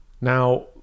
Now